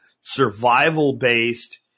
survival-based